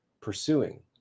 pursuing